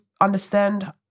understand